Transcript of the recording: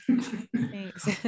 thanks